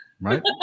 Right